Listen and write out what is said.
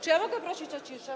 Czy ja mogę prosić o ciszę?